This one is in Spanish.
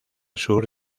sur